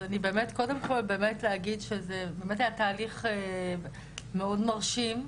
אז אני קודם כל רוצה להגיד שזה באמת היה תהליך מאד מרשים,